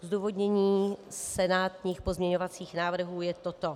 Zdůvodnění senátních pozměňovacích návrhů je toto.